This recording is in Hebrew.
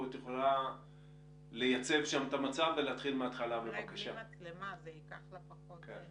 שזאת בעצם הרגולציה המתאימה לגנים פרטיים.